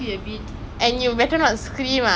that's disgusting and weird dah